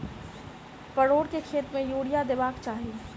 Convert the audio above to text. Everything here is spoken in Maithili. परोर केँ खेत मे यूरिया देबाक चही?